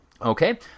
Okay